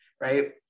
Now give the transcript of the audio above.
right